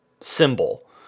symbol